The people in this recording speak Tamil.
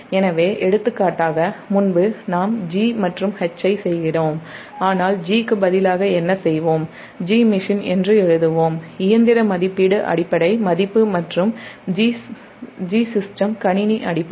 எனவே எடுத்துக்காட்டாக முன்பு நாம் G மற்றும் H ஐ செய்கிறோம் ஆனால் G க்கு பதிலாக என்ன செய்வோம் Gmachine என்று எழுதுவோம் இயந்திர மதிப்பீடு அடிப்படை மதிப்பு மற்றும் Gsystem கணினி அடிப்படை